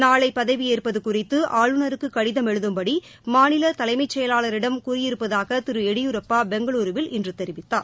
நாளை பதவியேற்பது குறித்து ஆளுநருக்கு கடிதம் எழுதும்படி மாநில தலைமைச்செயலாளரிடம் கூறியிருப்பதாக திரு எடியூரப்பா பெங்களுருவில் இன்று தெரிவித்தார்